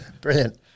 Brilliant